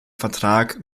vertrag